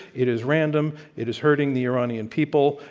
it is random. it is hurting the iranian people.